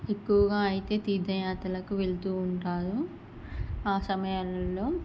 ఎక్కువగా అయితే తీర్థయాత్రలకు వెళ్తూ ఉంటారు ఆ సమయాలల్లో